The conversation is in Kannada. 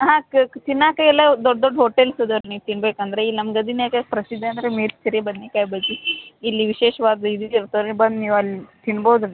ಹಾಂ ಅಕ್ಕ ತಿನ್ನಾಕೆ ಎಲ್ಲ ದೊಡ್ಡ ದೊಡ್ಡ ಹೋಟೆಲ್ಸ್ ಇದಾವೆ ರೀ ನೀವು ತಿನ್ಬೇಕು ಅಂದರೆ ಇಲ್ಲಿ ನಮ್ಮ ಗದಗಿನಾಗೆ ಪ್ರಸಿದ್ದ ಅಂದರೆ ಮಿರ್ಚ್ ರೀ ಬದ್ನೆಕಾಯಿ ಬಜ್ಜಿ ಇಲ್ಲಿ ವಿಶೇಷವಾಗಿ ಬಂದು ನೀವು ಅಲ್ಲಿ ತಿನ್ನಬೋದು ರೀ